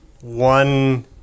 one